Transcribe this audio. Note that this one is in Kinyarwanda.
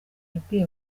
yabwiye